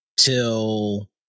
till